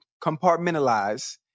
compartmentalize